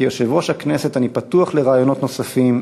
כיושב-ראש הכנסת אני פתוח לרעיונות נוספים,